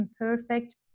imperfect